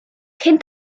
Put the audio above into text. cyn